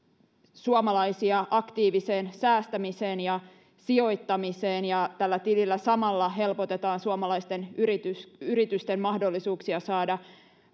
suomalaisia aktiiviseen säästämiseen ja sijoittamiseen tällä tilillä samalla helpotetaan suomalaisten yritysten yritysten mahdollisuuksia saada